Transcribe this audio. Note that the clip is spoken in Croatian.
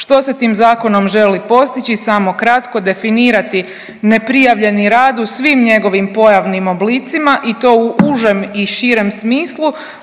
Što se tim zakonom želi postići samo kratko, definirati neprijavljeni rad u svim njegovim pojavnim oblicima i to u užem i širem smislu